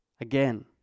again